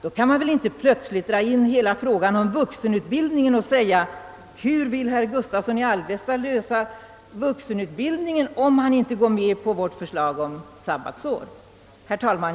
Då kan man väl inte plötsligt dra in hela frågan om vuxenutbildningen och undra: Hur vill herr Gustavsson i Alvesta lösa frågan om vuxenutbildningen, om han inte går med på vårt förslag om sabbatsår? Herr talman!